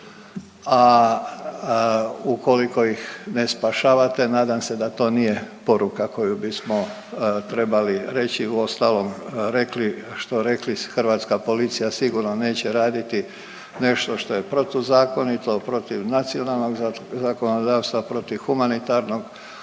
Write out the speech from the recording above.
a ukoliko ih ne spašavate nadam se da to nije poruka koju bismo trebali reći, uostalom rekli, što rekli, hrvatska policija sigurno neće raditi nešto što je protuzakonito, protiv nacionalnog zakonodavstva, protiv humanitarnog